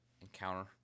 encounter